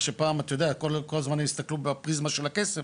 מה שפעם אתה יודע כל הזמן הסתכלו בפריזמה של הכסף,